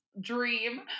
dream